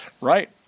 right